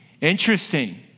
Interesting